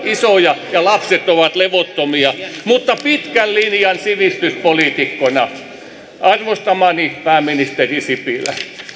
isoja ja lapset ovat levottomia mutta pitkän linjan sivistyspoliitikkona sanon arvostamani pääministeri sipilä